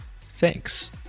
Thanks